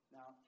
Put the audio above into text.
Now